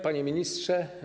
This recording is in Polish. Panie Ministrze!